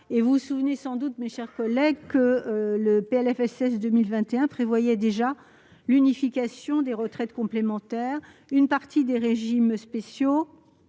Vous vous en souvenez sans doute, mes chers collègues, le PLFSS pour 2020 prévoyait déjà l'unification des retraites complémentaires d'une partie des régimes spéciaux